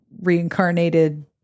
reincarnated